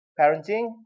parenting